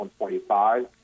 125